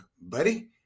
buddy